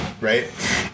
right